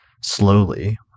slowly